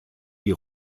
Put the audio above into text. die